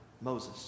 Moses